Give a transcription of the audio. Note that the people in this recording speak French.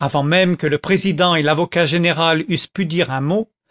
avant même que le président et l'avocat général eussent pu dire un mot